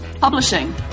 publishing